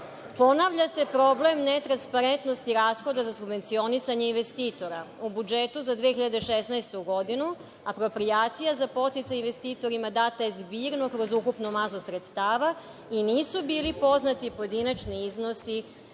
ponavlja se problem netransparentnosti rashoda za subvencionisanje investitora u budžetu za 2016. godinu, aproprijacija za podsticaj investitorima data je zbirno kroz ukupnu masu sredstava i nisu bili poznati pojedinačni iznosi